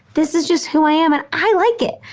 this is just who i am. and i like it.